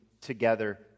together